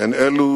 הן אלו